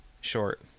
short